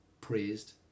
praised